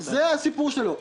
זה הסיפור שלו.